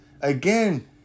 Again